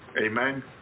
Amen